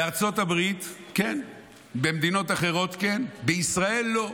בארצות הברית, כן, במדינות אחרות, כן, בישראל, לא.